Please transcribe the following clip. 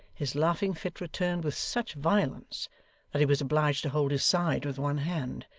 his laughing fit returned with such violence that he was obliged to hold his side with one hand,